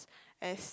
as